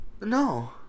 No